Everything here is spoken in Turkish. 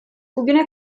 bugüne